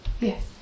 Yes